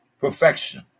perfection